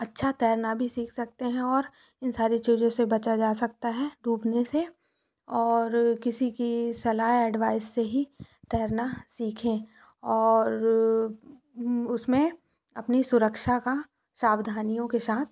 अच्छा तैरना भी सीख सकते हैं और इन सारी चीज़ों से बचा जा सकता है डूबने से और किसी की सलाह एडवाइस से ही तैरना सीखें और उसमें अपनी सुरक्षा का सावधानियों के साथ